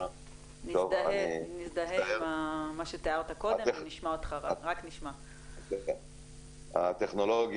יש התייחסות לאותם משדרי אינטרנט והטלת